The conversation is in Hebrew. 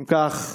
אם כך,